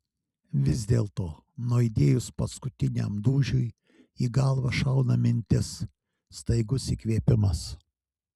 vis dėlto nuaidėjus paskutiniam dūžiui į galvą šauna mintis staigus įkvėpimas